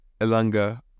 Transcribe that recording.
Elanga